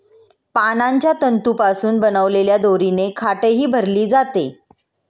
पानांच्या तंतूंपासून बनवलेल्या दोरीने खाटही भरली जाते